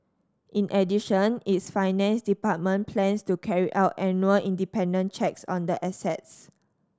in addition its finance department plans to carry out annual independent checks on the assets